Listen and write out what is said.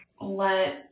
let